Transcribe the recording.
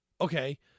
Okay